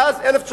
מאז 1967